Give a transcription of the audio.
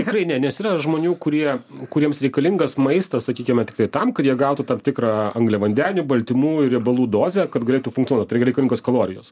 tikrai ne nes yra žmonių kurie kuriems reikalingas maistas sakykime tikrai tam kad jie gautų tam tikrą angliavandenių baltymų riebalų dozę kad galėtų funkcionuot ir reikalingos kalorijos